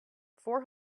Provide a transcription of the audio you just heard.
four